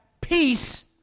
peace